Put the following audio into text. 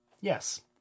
Yes